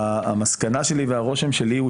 המסקנה שלי והרושם שלי,